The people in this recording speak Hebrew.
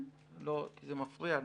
זה מפריע.